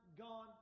gone